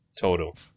Total